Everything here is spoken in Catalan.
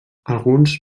alguns